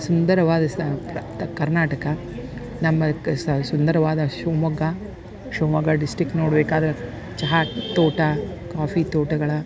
ಸುಂದರವಾದ ಸ್ತ ಪ್ರಾಪ್ತ ಕರ್ನಾಟಕ ನಮ್ಮ ಸುಂದರವಾದ ಶಿವಮೊಗ್ಗ ಶಿವಮೊಗ್ಗ ಡಿಸ್ಟ್ರಿಕ್ಟ್ ನೋಡ್ಬೇಕಾದ್ರೆ ಚಹಾ ತೋಟ ಕಾಫಿ ತೋಟಗಳ